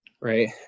right